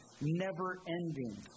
never-ending